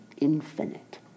infinite